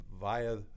via